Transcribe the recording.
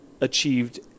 achieved